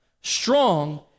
strong